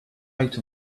out